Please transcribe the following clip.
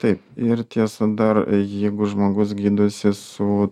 taip ir tiesa dar jeigu žmogus gydosi su